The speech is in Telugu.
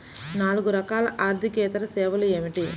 నాలుగు రకాల ఆర్థికేతర సేవలు ఏమిటీ?